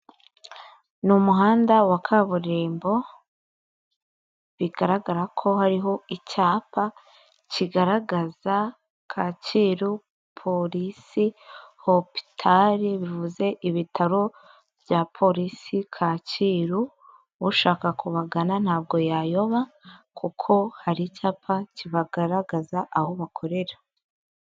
Ni umuhanda wa kaburimbo bigaragara ko hariho icyapa kigaragaza Kacyiru, polisi, hopitari bivuze ibitaro bya polisi Kacyiru. Ushaka kubagana ntabwo yayoba, kuko hari icyapa kibagaragaza aho bakorera.